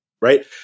right